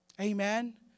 Amen